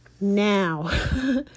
Now